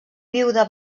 viuda